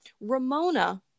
Ramona